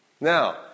Now